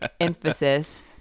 Emphasis